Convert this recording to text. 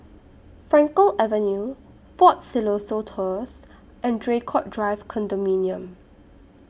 Frankel Avenue Fort Siloso Tours and Draycott Drive Condominium